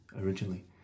originally